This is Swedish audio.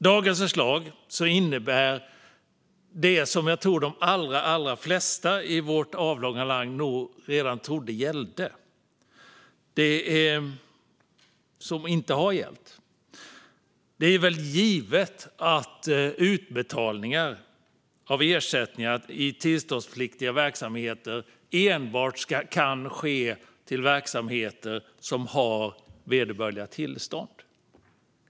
Dagens förslag innebär något som jag tror att de allra flesta i vårt avlånga land redan trodde gällde men som alltså inte har gällt. Det är väl givet att utbetalning av ersättning till tillståndspliktiga verksamheter enbart kan ske till verksamheter som har vederbörliga tillstånd?